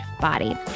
body